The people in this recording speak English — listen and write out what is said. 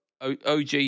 OG